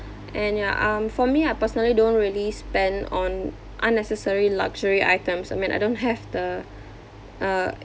and ya um for me I personally don't really spend on unnecessary luxury items I mean I don't have the uh